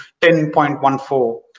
10.14